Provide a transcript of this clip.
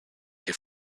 che